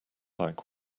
like